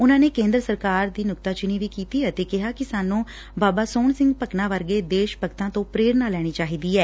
ਉਨਾ ਨੇ ਕੇਦਰ ਸਰਕਾਰ ਦੀ ਨੁਕਤਾਚੀਨੀ ਵੀ ਕੀਤੀ ਅਤੇ ਕਿਹਾ ਕਿ ਸਾਨੂੰ ਬਾਬਾ ਸੋਹਣ ਸਿੰਘ ਭਕਨਾ ਵਰਗੇ ਦੇਸ ਭਗਤਾਂ ਤੋਂ ਪ੍ਰੇਰਨਾ ਲੈਣੀ ਚਾਹੀਦੀ ਐ